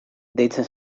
deitzen